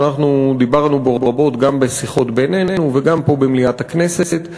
שאנחנו דיברנו בו רבות גם בשיחות בינינו וגם פה במליאת הכנסת,